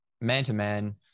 man-to-man